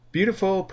Beautiful